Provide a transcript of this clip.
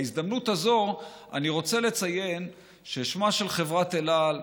בהזדמנות הזאת אני רוצה לציין ששמה של חברת אל על,